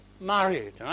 married